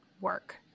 work